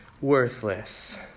worthless